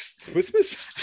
christmas